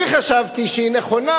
אני חשבתי שהיא נכונה,